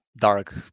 dark